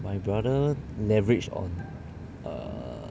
my brother leverage on err